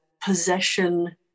possession